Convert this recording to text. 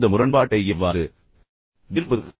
இந்த முரண்பாட்டை நாம் எவ்வாறு தீர்க்க முடியும்